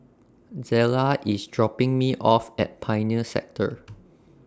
Zela IS dropping Me off At Pioneer Sector